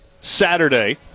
Saturday